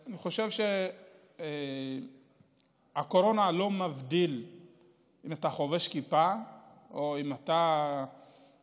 אני חושב שהקורונה לא מבדילה אם אתה חובש כיפה או אם אתה מכריז